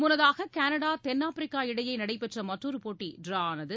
முன்னதாக கனடா தென்ஆப்பிரிக்கா இடையேநடைபெற்றமற்றொருபோட்டிடிராஆனது